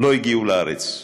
לא הגיעו לארץ,